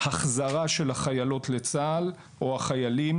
החזרה של החיילות או החיילים לצה"ל,